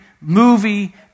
movie